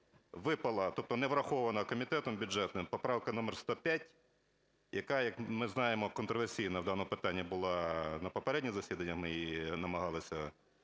випала, тобто не врахована комітетом бюджетним поправка номер 105, яка, як ми знаємо, контроверсійна в даному питанні була, на попередньому засіданні ми її намагалися